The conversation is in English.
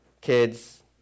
kids